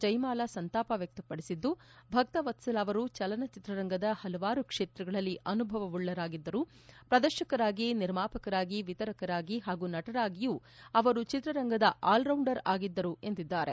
ಜಯಮಾಲಾ ಸಂತಾಪ ವ್ಯಕ್ತಪಡಿಸಿದ್ದು ಭಕ್ತವತ್ಸಲ ಅವರು ಚಲನಚಿತ್ರರಂಗದ ಪಲವಾರು ಕ್ಷೇತ್ರಗಳಲ್ಲಿ ಅನುಭವವುಳ್ಳವರಾಗಿದ್ದರು ಪ್ರದರ್ಶಕರಾಗಿ ನಿರ್ಮಾಪಕರಾಗಿ ವಿತರಕರಾಗಿ ಹಾಗೂ ನಟರಾಗಿಯೂ ಅವರು ಚಿತ್ರರಂಗದ ಆಲ್ರೌಂಡರ್ ಆಗಿದ್ದರು ಎಂದಿದ್ದಾರೆ